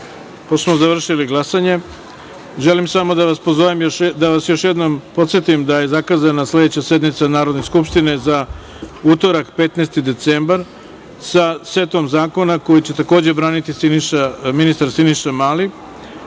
kraja. Pošto smo završili glasanje, želim samo da vas još jednom podsetim da je zakazana sledeća sednica Narodne skupštine za utorak, 15. decembar 2020. godine, sa setom zakona koji će, takođe, braniti ministar Siniša Mali.